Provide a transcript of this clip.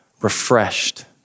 refreshed